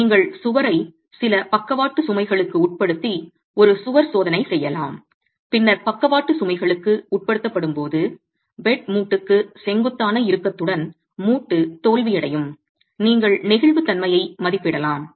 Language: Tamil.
நீங்கள் சுவரை சில பக்கவாட்டு சுமைகளுக்கு உட்படுத்தி ஒரு சுவர் சோதனை செய்யலாம் பின்னர் பக்கவாட்டு சுமைகளுக்கு உட்படுத்தப்படும்போது பெட் மூட்டுக்கு செங்குத்தான இறுக்கத்துடன் மூட்டு தோல்வியடையும் நீங்கள் நெகிழ்வுத்தன்மையை மதிப்பிடலாம்